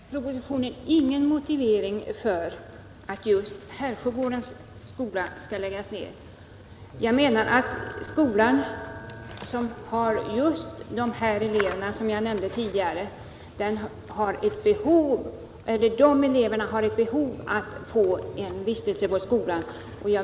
Herr talman! Jag finner i statsverkspropositionen ingen motivering för att just Härsjögårdens yrkesskola skall läggas ned. Jag menar att just de elever som jag nämnde tidigare och som finns på skolan har ett behov av att få en vistelse där.